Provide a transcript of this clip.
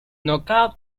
nocaut